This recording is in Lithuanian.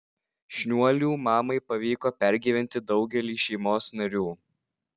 šniuolių mamai pavyko pergyventi daugelį šeimos narių